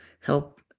help